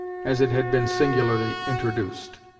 as it had been singularly introduced.